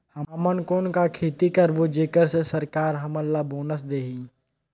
हमन कौन का खेती करबो जेकर से सरकार हमन ला बोनस देही?